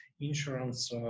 insurance